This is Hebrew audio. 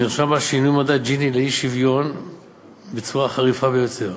נרשם בה שינוי מדד ג'יני לאי-שוויון בצורה חריפה ביותר.